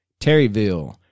Terryville